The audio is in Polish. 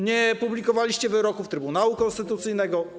Nie publikowaliście wyroków Trybunału Konstytucyjnego.